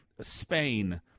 Spain